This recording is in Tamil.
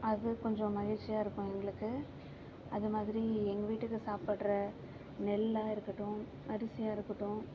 அது கொஞ்ச மகிழ்ச்சியாக இருக்கும் எங்களுக்கு அதுமாதிரி எங்கள் வீட்டுக்கு சாப்பிட்ற நெல்லாக இருக்கட்டும் அரிசியாக இருக்கட்டும்